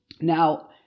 Now